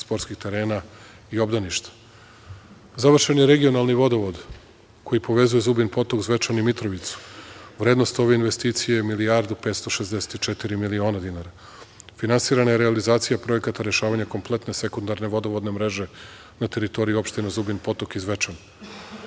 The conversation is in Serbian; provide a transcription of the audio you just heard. sportskih terena i obdaništa. Završen je regionalni vodovod koji povezuje Zubin Potok, Zvečan i Mitrovicu. Vrednost ove investicije je milijardu i 564 miliona dinara. Finansirana je realizacija projekata rešavanja kompletne sekundarne vodovodne mreže na teritoriji opština Zubin Potok i Zvečan.